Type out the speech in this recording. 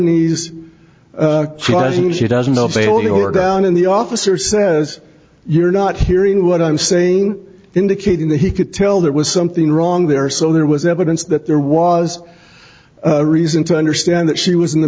knees crying she doesn't know if they hold or down in the officer says you're not hearing what i'm saying indicating that he could tell there was something wrong there so there was evidence that there was a reason to understand that she was in the